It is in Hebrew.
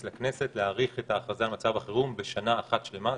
לכנסת להאריך את ההכרזה על מצב החירום בשנה אחת שלמה.